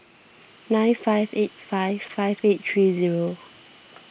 nine five eight five five eight three zero